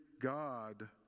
God